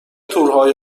تورهای